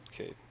Okay